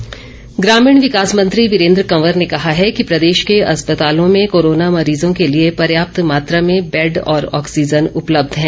वीरेन्द्र कंवर ग्रामीण विकास मंत्री वीरेन्द्र कंवर ने कहा है कि प्रदेश के अस्पतालों में कोरोना मरीजों के लिए पर्याप्त मात्रा में बैड और ऑक्सीज़न उपलब्ध है